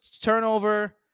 turnover